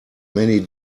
many